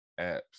apps